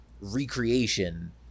recreation